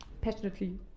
passionately